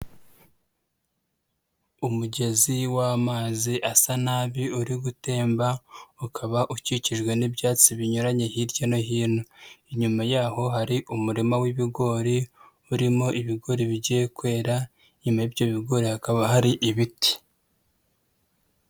Umugezi w'amazi asa nabi uri gutemba, ukaba ukikijwe n'ibyatsi binyuranye hirya no hino. Inyuma yaho hari umurima w'ibigori, urimo ibigori bigiye kwera, inyuma y'ibyo bigori hakaba hari ibiti.